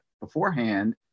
beforehand